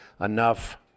enough